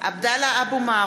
(קוראת בשמות חברי הכנסת) עבדאללה אבו מערוף,